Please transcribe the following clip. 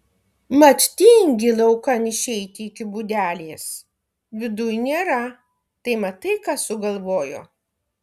mat tingi laukan išeiti iki būdelės viduj nėra tai matai ką sugalvojo